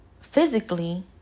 Physically